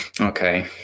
Okay